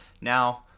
Now